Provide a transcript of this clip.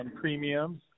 premiums